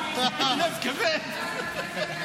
חיים דרוקמן,